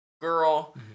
girl